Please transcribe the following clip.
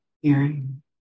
hearing